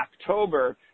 October